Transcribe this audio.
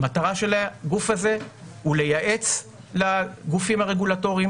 המטרה של הגוף הזה הוא לייעץ לגופים הרגולטוריים